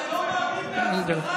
כל עוד זה לא קורה, אז זה לא בסדר.